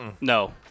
No